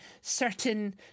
certain